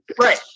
right